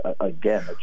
again